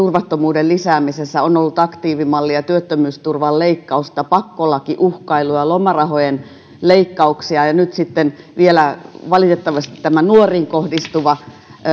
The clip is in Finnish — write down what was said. turvattomuuden lisäämisessä on ollut aktiivimallia työttömyysturvan leikkausta pakkolakiuhkailua lomarahojen leikkauksia ja nyt vielä valitettavasti tämä nuoriin kohdistuva